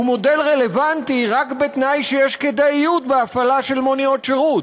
הוא מודל רלוונטי רק בתנאי שיש כדאיות בהפעלה של מוניות שירות.